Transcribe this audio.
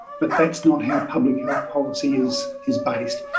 but that's not how public health policy is is based.